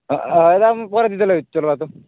ହଁ ରହ ମୁଁ ପରେ ଦେଲେ ଚଲବା ତ